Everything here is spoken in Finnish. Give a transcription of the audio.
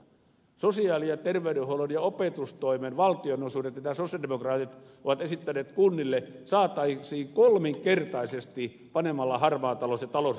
sosiaali ja terveydenhuollon ja opetustoimen valtionosuudet mitä sosialidemokraatit ovat esittäneet kunnille saataisiin kolminkertaisesti panemalla harmaa talous ja talousrikollisuus kuntoon